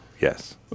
Yes